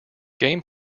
game